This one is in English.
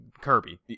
kirby